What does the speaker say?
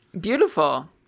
Beautiful